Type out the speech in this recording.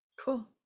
Cool